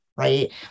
right